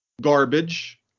garbage